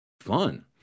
fun